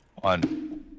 One